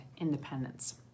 independence